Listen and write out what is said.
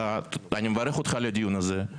אני מברך אותך על הדיון הזה.